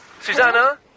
Susanna